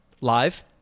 live